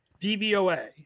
DVOA